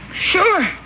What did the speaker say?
Sure